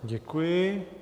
Děkuji.